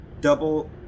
Double